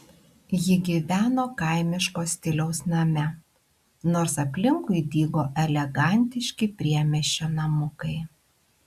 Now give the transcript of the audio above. ji gyveno kaimiško stiliaus name nors aplinkui dygo elegantiški priemiesčio namukai